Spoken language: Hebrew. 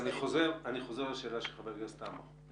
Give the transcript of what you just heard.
אני חוזר על השאלה של חבר הכנסת עמאר.